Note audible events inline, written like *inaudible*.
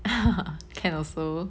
*laughs* can also